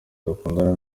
dukundana